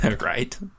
Right